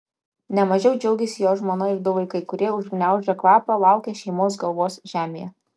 ne mažiau džiaugėsi jo žmona ir du vaikai kurie užgniaužę kvapą laukė šeimos galvos žemėje